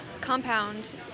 compound